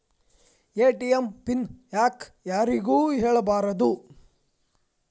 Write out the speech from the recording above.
ATM PIN ಯಾಕ್ ಯಾರಿಗೂ ಹೇಳಬಾರದು?